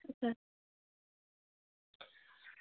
अच्छा